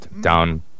down